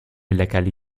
leckerli